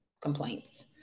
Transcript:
complaints